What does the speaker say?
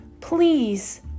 please